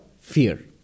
fear